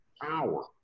power